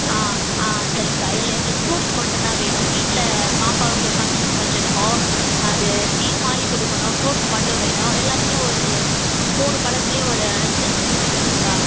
ஆ ஆ சரிங்கக்கா இல்லை எங்களுக்கு ஃப்ரூட்ஸ் மட்டும் தான் வேணும் வீட்டில் பாப்பாவுக்கு ஃபங்க்ஷன் வச்சுருக்கோம் அது சீர் மாதிரி கொடுக்கணும் ஃப்ரூட்ஸ் மட்டும் வேணும் எல்லாத்துலேயும் ஒரு மூணு பழத்துலேயும் ஒரு அஞ்சு அஞ்சு கிலோ வேணும்கா